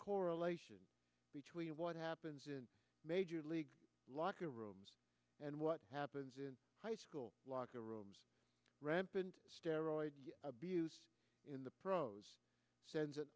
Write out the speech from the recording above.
correlation between what happens in major league locker rooms and what happens in high school locker rooms rampant steroids abuse in the pros sends